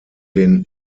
den